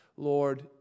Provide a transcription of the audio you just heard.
Lord